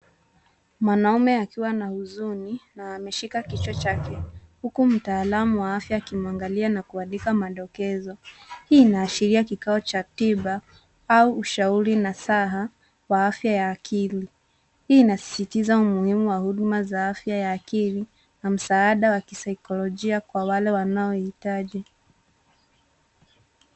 Mwanaume akiwa na huzuni na ameshika kichwa chake, huku mtaalamu wa afya akimuangalia na kuandika madokezo. Hii inaashiria kikao cha tiba au ushauri nasaha wa afya ya akili. Hii inasisitiza umuhimu wa huduma za afya ya akili, na msaada wa kisichologia kwa wale wanaohitaji.